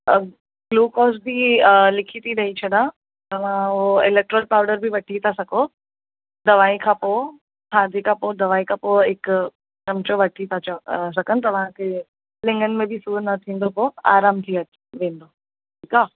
अ glucose बि अ लिखी थी ॾेई छॾा तव्हां उहो इलेक्ट्रोल पाउडर बि वठी था सघो दवाई खां पोइ हा जेका पोइ दवाई खां पोइ हिकु सम्झो वठी था च अ सघनि तव्हांखे लिंगनि में बि सुर न थींदो पोइ आरामु थी वेंदो ठीकु आहे